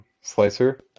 slicer